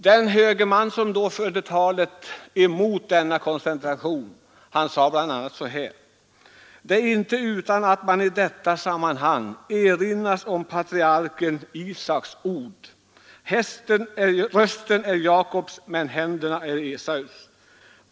Den högerman som förde talan mot utredningskravet sade bl.a.: ”Det är inte utan att man i detta sammanhang erinras om patriarken Isaks ord: Rösten är Jacobs men händerna är Esaus.